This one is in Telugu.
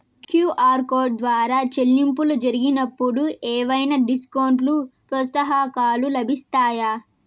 క్యు.ఆర్ కోడ్ ద్వారా చెల్లింపులు జరిగినప్పుడు ఏవైనా డిస్కౌంట్ లు, ప్రోత్సాహకాలు లభిస్తాయా?